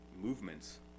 movements